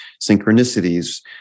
synchronicities